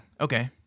Okay